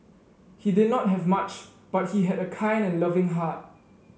he did not have much but he had a kind and loving heart